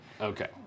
Okay